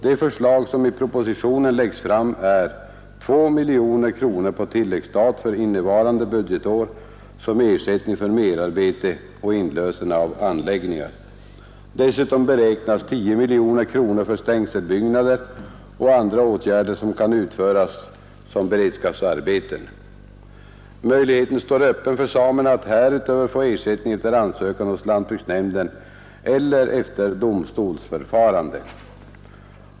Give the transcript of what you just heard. De förslag som i propositionen läggs fram är två miljoner kronor på tilläggsstat för innevarande budgetår som ersättning för merarbete och inlösen av anläggningar. Dessutom beräknas 10 miljoner kronor för stängselbyggnader och andra åtgärder som kan utföras som beredskapsarbeten. Möjligheten står öppen för samerna att härutöver få ersättning efter ansökan hos lantbruksnämnden eller efter domstolsförfarande.